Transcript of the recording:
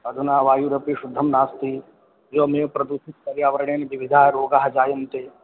अधुना वायुरपि शुद्धं नास्ति एवमेव प्रदूषितपर्यावरणेन विविधाः रोगाः जायन्ते